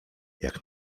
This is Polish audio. jak